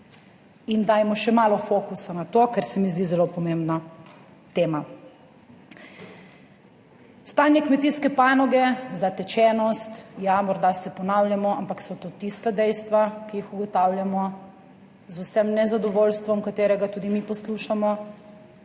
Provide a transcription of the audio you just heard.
in dajmo še malo fokusa na to ker se mi zdi zelo pomembna tema. Stanje kmetijske panoge, zatečenost. Ja, morda se ponavljamo, ampak so to tista dejstva, ki jih ugotavljamo z vsem nezadovoljstvom, katerega tudi mi poslušamo